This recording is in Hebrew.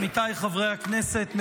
עמיתיי חברי הכנסת,